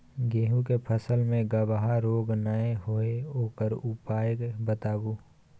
गेहूँ के फसल मे गबहा रोग नय होय ओकर उपाय बताबू?